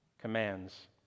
commands